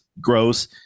gross